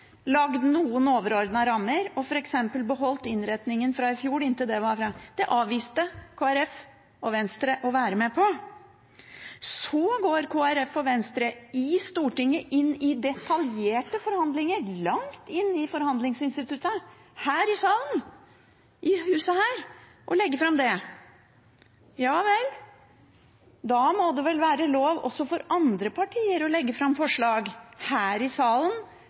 lagd noen overordnede rammer og f.eks. beholdt innretningen fra i fjor. Det avviste Kristelig Folkeparti og Venstre å være med på. Så går Kristelig Folkeparti og Venstre i Stortinget inn i detaljerte forhandlinger – langt inn i forhandlingsinstituttet – her i salen, i huset her, og legger fram det. Ja vel, da må det vel være lov også for andre partier å legge fram forslag her i salen,